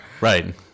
Right